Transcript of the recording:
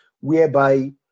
whereby